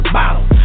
bottle